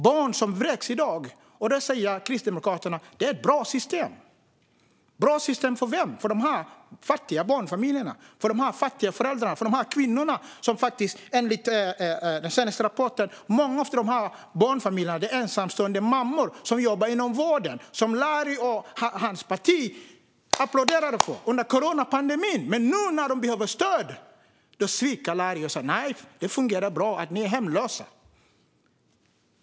Barn vräks i dag, och Kristdemokraterna tycker att systemet är bra. För vem? För de fattiga barnfamiljerna? För de fattiga föräldrarna? För de ensamstående mammor som jobbar inom vården? Larry och hans parti applåderade för dem under coronapandemin, men nu när de behöver stöd sviker ni och säger: Nej, det fungerar bra att ni är hemlösa.